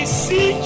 see